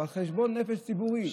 אבל חשבון נפש ציבורי?